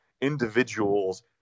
individuals